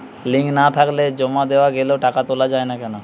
Link না থাকলে জমা দেওয়া গেলেও টাকা তোলা য়ায় না কেন?